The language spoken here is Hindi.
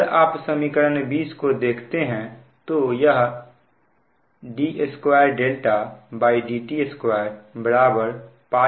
अगर आप समीकरण 20 को देखते हैं तो यह d2dt2 πfH है